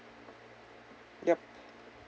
yup